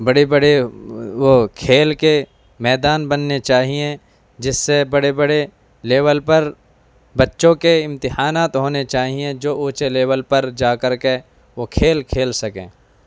بڑے بڑے وہ کھیل کے میدان بننے چاہئیں جس سے بڑے بڑے لیول پر بچوں کے امتحانات ہونے چاہئیں جو اونچے لیول پر جا کر کے وہ کھیل کھیل سکیں